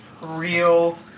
Real